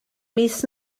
mis